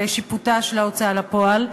לשיפוטה של ההוצאה לפועל,